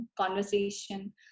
conversation